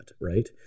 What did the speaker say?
right